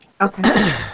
Okay